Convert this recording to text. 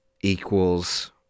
equals